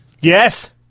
Yes